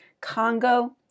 Congo